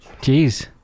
Jeez